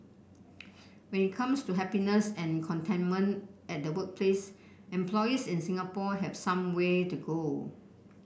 when it comes to happiness and contentment at the workplace employees in Singapore have some way to go